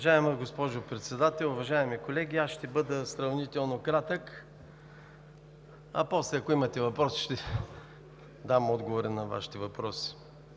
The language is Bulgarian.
Уважаема госпожо Председател, уважаеми колеги, ще бъда сравнително кратък. После, ако имате въпроси, ще дам отговори на въпросите